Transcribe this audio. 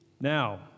Now